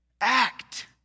Act